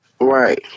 Right